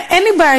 רגע,